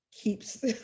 keeps